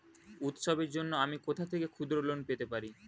উৎসবের জন্য আমি কোথা থেকে ক্ষুদ্র লোন পেতে পারি?